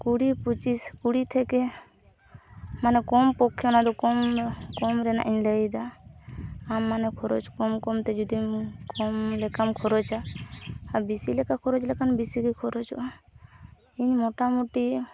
ᱠᱩᱲᱤ ᱯᱚᱪᱤᱥ ᱠᱩᱲᱤ ᱛᱷᱮᱠᱮ ᱢᱟᱱᱮ ᱠᱚᱢ ᱯᱚᱠᱠᱷᱮ ᱚᱱᱟᱫᱚ ᱠᱚᱢ ᱠᱚᱢ ᱨᱮᱱᱟᱜᱤᱧ ᱞᱟᱹᱭᱫᱟ ᱟᱢ ᱢᱟᱱᱮ ᱠᱷᱚᱨᱚᱪ ᱠᱚᱢ ᱠᱚᱢᱛᱮ ᱡᱩᱫᱤᱢ ᱠᱚᱢ ᱞᱮᱠᱟᱢ ᱠᱷᱚᱨᱚᱪᱟ ᱟᱨ ᱵᱮᱥᱤ ᱞᱮᱠᱷᱟᱱ ᱠᱷᱚᱨᱚᱪ ᱞᱮᱠᱷᱟᱡ ᱵᱮᱥᱤ ᱜᱮ ᱠᱷᱚᱨᱚᱪᱟ ᱤᱧ ᱢᱚᱴᱟᱢᱩᱴᱤ